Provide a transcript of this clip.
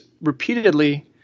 repeatedly